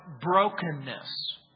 brokenness